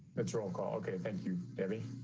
but so ah call. okay. thank you, debbie.